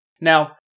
Now